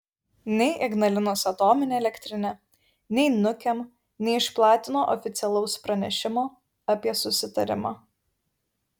nei ignalinos atominė elektrinė nei nukem neišplatino oficialaus pranešimo apie susitarimą